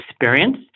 experience